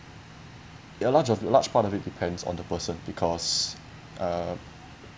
there are large a large part of it depends on the person because uh